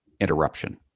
interruption